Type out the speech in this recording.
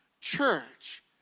church